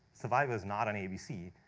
survivor is not on abc.